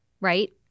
right